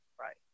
Right